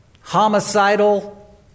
homicidal